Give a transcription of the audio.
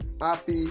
Happy